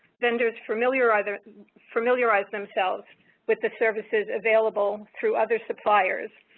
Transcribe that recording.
vendors familiarize ah familiarize themselves with the services available through other suppliers.